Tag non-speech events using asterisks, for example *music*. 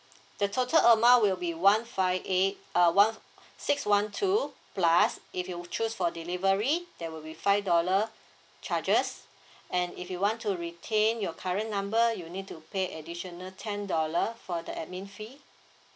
the total amount will be one five eight uh one *breath* six one two plus if you choose for delivery there will be five dollar charges *breath* and if you want to retain your current number you need to pay additional ten dollar for the administration fee